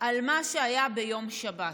על מה שהיה ביום שבת.